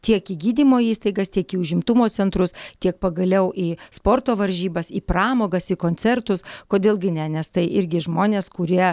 tiek į gydymo įstaigas tiek į užimtumo centrus tiek pagaliau į sporto varžybas į pramogas į koncertus kodėl gi ne nes tai irgi žmonės kurie